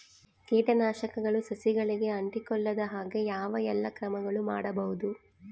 ಕೇಟನಾಶಕಗಳು ಸಸಿಗಳಿಗೆ ಅಂಟಿಕೊಳ್ಳದ ಹಾಗೆ ಯಾವ ಎಲ್ಲಾ ಕ್ರಮಗಳು ಮಾಡಬಹುದು?